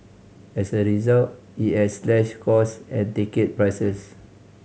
as a result it has slashed cost and ticket prices